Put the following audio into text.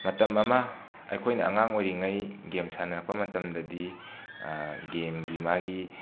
ꯃꯇꯝ ꯑꯃ ꯑꯩꯈꯣꯏꯅ ꯑꯉꯥꯡ ꯑꯣꯏꯔꯤꯉꯥꯏ ꯒꯦꯝ ꯁꯥꯅꯔꯛꯄ ꯃꯇꯝꯗꯗꯤ ꯒꯦꯝꯒꯤ ꯃꯥꯒꯤ